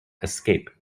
escape